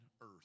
earth